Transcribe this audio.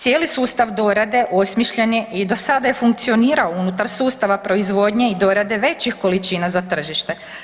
Cijeli sustav dorade osmišljen je i do sada je funkcionirao unutar sustava proizvodnje i dorade većih količina za tržište.